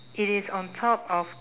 it is on top of